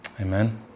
Amen